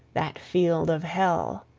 that field of hell.